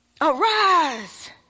arise